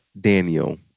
Daniel